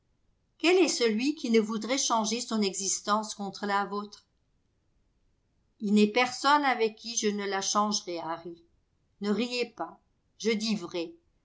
quel est celui qui ne voudrait changer son existence contre la vôtre il n'est personne avec qui je ne la changerais harry ne riez pas je dis vrai